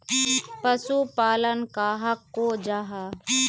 पशुपालन कहाक को जाहा?